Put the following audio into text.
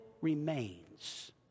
remains